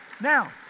Now